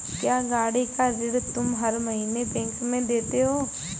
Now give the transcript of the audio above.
क्या, गाड़ी का ऋण तुम हर महीने बैंक में देते हो?